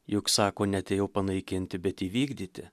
juk sako neatėjo panaikinti bet įvykdyti